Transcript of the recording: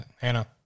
Hannah